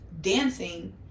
dancing